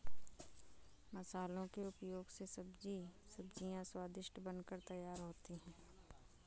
मसालों के उपयोग से सभी सब्जियां स्वादिष्ट बनकर तैयार होती हैं